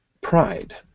pride